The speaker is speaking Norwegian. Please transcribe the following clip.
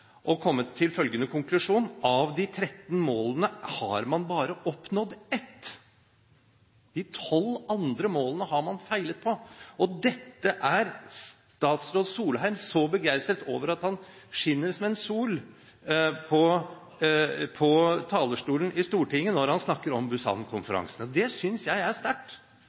man bare oppnådd ett. De 12 andre målene har man feilet på. Dette er statsråd Solheim så begeistret over at han skinner som en sol på talerstolen i Stortinget når han snakker om Busan-konferansen. Det synes jeg er sterkt,